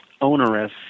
onerous